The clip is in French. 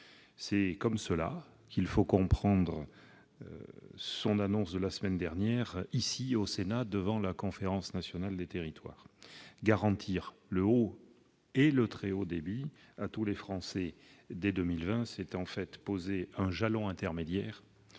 C'est comme cela qu'il faut comprendre l'annonce qu'il a faite la semaine dernière devant la Conférence nationale des territoires. Garantir le haut et le très haut débit à tous les Français dès 2020, c'est en réalité poser un jalon intermédiaire